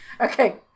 Okay